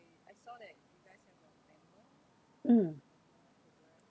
mm